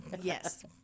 Yes